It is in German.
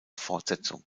fortsetzung